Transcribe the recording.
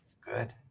Good